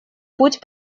путь